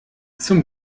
zum